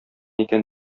икән